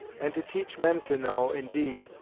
and to teach men to know indeed,